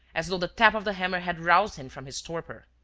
as though the tap of the hammer had roused him from his torpor.